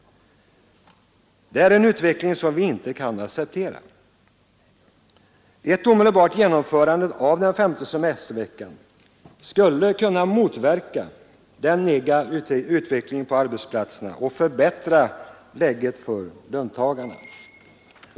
Det är en utveckling som vi inte kan acceptera. Ett omedelbart genomförande av den femte semesterveckan skulle kunna motverka den negativa utvecklingen på arbetsplatserna och förbättra läget för löntagarna.